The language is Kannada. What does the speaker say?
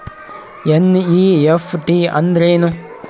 ಎನ್.ಇ.ಎಫ್.ಟಿ ಅಂದ್ರೆನು?